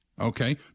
Okay